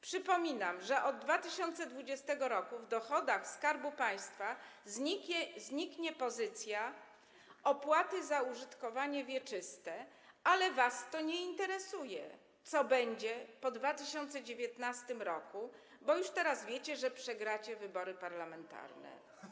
Przypominam, że od 2020 r. w dochodach Skarbu Państwa zniknie pozycja: opłaty za użytkowanie wieczyste, ale was nie interesuje, co będzie po 2019 r., bo już teraz wiecie, że przegracie wybory parlamentarne.